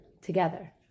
together